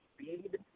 speed